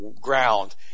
ground